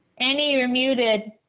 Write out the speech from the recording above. annie you're muted.